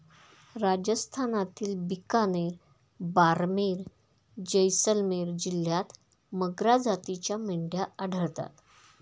राजस्थानातील बिकानेर, बारमेर, जैसलमेर जिल्ह्यांत मगरा जातीच्या मेंढ्या आढळतात